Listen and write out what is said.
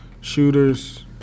shooters